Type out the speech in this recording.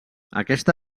aquesta